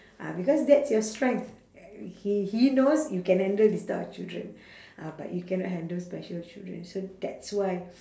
ah because that's your strength he he knows you can handle this type of children ah but you cannot handle special children so that's why